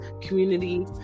community